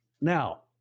Now